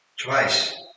twice